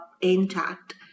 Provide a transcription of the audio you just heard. intact